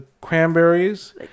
cranberries